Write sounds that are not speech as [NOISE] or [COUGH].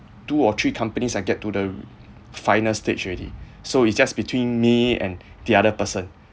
two or three companies I get to the [NOISE] final stage already so it's just between me and the other person